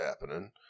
happening